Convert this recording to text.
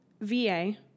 VA